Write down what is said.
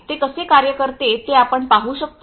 ते कसे कार्य करते ते आपण पाहू शकतो